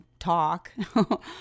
talk